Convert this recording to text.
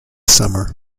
summer